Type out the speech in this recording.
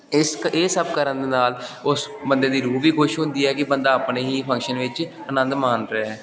ਇਸ ਕ ਇਹ ਸਭ ਕਰਨ ਦੇ ਨਾਲ ਉਸ ਬੰਦੇ ਦੀ ਰੂਹ ਵੀ ਖੁਸ਼ ਹੁੰਦੀ ਹੈ ਕਿ ਬੰਦਾ ਆਪਣੇ ਹੀ ਫੰਕਸ਼ਨ ਵਿੱਚ ਆਨੰਦ ਮਾਣ ਰਿਹਾ ਹੈ